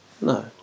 no